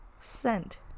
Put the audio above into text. Scent